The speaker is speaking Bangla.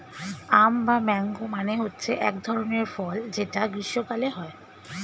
আম বা ম্যাংগো মানে হচ্ছে এক ধরনের ফল যেটা গ্রীস্মকালে হয়